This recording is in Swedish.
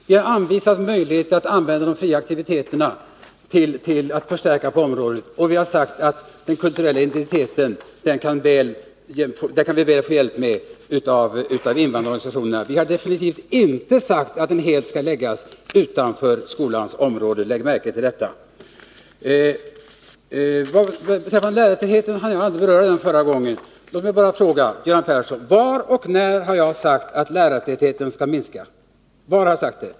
Vi har anvisat möjligheter att använda de fria aktiviteterna till att göra förstärkningar på området, och vi har sagt att med den kulturella identiteten kan vi få hjälp av invandrarorganisationerna. Vi har definitivt inte sagt att den helt skall läggas utanför skolans område. Lägg märke till detta! Frågan om lärartätheten hann jag inte beröra i min förra replik. Låt mig bara fråga Göran Persson: Var och när har jag sagt att lärartätheten skall minska?